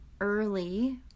early